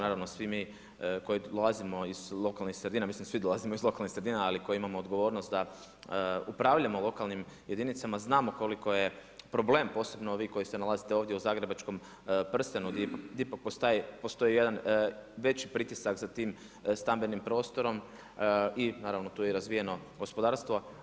Naravno svi mi koji dolazimo iz lokalnih sredina, mislim svi dolazimo iz lokalnih sredina, ali koji imamo odgovornost da upravljamo lokalnim jedinicama znamo koliko je problem, posebno vi koji se nalazite ovdje u Zagrebačkom prstenu gdje ipak postoji jedan veći pritisak za tim stambenim prostorom i naravno tu je i razvijeno gospodarstvo.